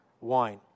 wine